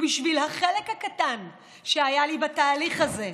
ולו בשביל החלק הקטן שהיה לי בתהליך הזה,